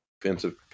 defensive